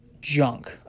junk